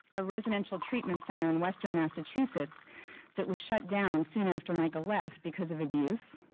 a residential treatment center in western massachusetts that was shut down soon after mica left because of abuse.